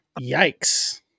Yikes